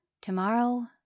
Tomorrow